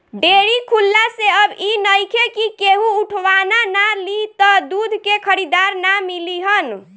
dairy खुलला से अब इ नइखे कि केहू उठवाना ना लि त दूध के खरीदार ना मिली हन